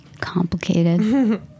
Complicated